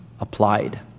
applied